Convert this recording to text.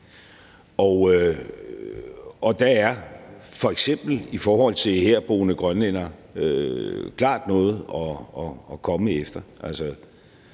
Og der er f.eks. i forhold til herboende grønlændere klart noget at komme efter.